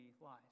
lies